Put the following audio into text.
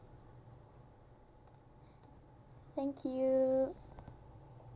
thank you